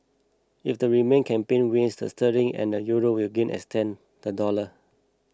if the Remain campaign wins the sterling and the euro will gain extend the dollar